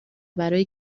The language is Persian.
برای